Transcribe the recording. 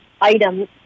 items